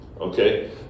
okay